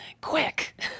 Quick